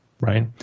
Right